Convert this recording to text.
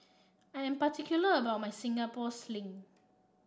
I am particular about my Singapore Sling